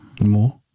more